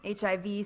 HIV